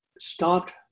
stopped